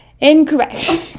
Incorrect